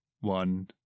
one